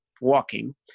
walking